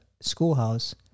schoolhouse